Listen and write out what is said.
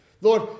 lord